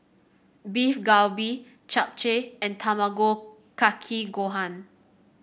Beef Galbi Japchae and Tamago Kake Gohan